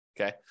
okay